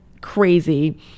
crazy